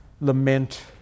Lament